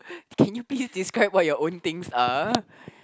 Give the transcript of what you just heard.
can you please describe what your own things are